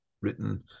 written